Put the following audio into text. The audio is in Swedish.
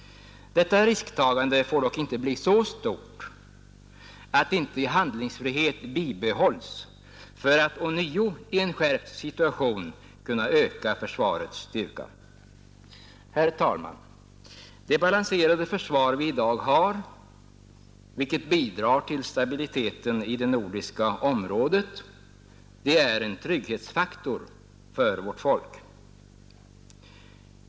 Detta risktagande får dock inte bli så stort att inte handlingsfrihet bibehålles för att ånyo i en skärpt situation kunna öka försvarets styrka. Herr talman! Det balanserade försvar vi i dag har, vilket bidrar till stabiliteten i det nordiska området, är en trygghetsfaktor för vårt folk.